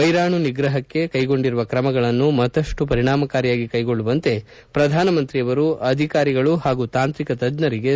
ವೈರಾಣು ನಿಗ್ರಹಕ್ಕೆ ಕೈಗೊಂಡಿರುವ ಕ್ರಮಗಳನ್ನು ಮತ್ತಷ್ಟು ಪರಿಣಾಮಕಾರಿಯಾಗಿ ಕೈಗೊಳ್ಳುವಂತೆ ಪ್ರಧಾನಮಂತ್ರಿ ಅಧಿಕಾರಿಗಳು ಹಾಗೂ ತಾಂತ್ರಿಕ ತಜ್ಞರಿಗೆ ಸೂಚಿಸಿದ್ದಾರೆ